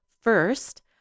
first